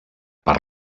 per